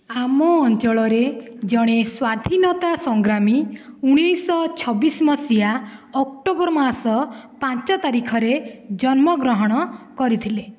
ଆମ ଅଞ୍ଚଳରେ ଜଣେ ସ୍ୱାଧୀନତା ସଂଗ୍ରାମୀ ଉଣେଇଶ ଶହ ଛବିଶ ମସିହା ଅକ୍ଟୋବର୍ ମାସ ପାଞ୍ଚ ତାରିଖରେ ଜନ୍ମ ଗ୍ରହଣ କରିଥିଲେ